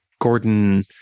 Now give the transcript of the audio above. Gordon